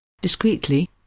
discreetly